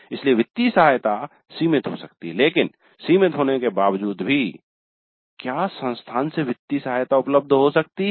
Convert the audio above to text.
इसलिए वित्तीय सहायता सीमित हो सकती है लेकिन सीमित होने के बावजूद भी क्या संस्थान से वित्तीय सहायता उपलब्ध हो सकती है